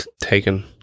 taken